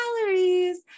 calories